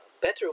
better